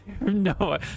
no